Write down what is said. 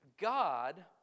God